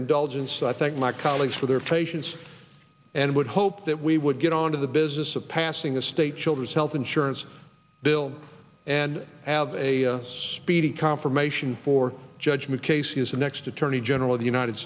indulgence i thank my colleagues for their patience and would hope that we would get on to the business of passing the state children's health insurance bill and have a speedy confirmation for judgment casey is the next attorney general of the united